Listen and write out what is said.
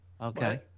Okay